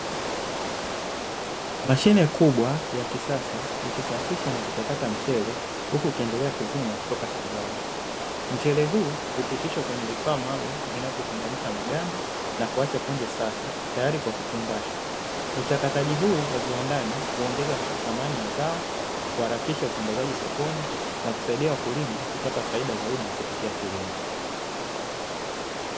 Mashine kubwa ya kisasa ikisafisha na kuchakata mchele huku ukiendelea kuvuna kutoka shambani mchele huu hupitishwa kwenye vifaa maalum vinavyotenganisha maganda na kuacha punje safi tayari kwa kufungashwa kuchakataji huu wa viwandani kuongeza thamani ya zao kuharakisha usambazaji sokoni na kusaidia wakulima kupata faida zaidi kupitia kilimo.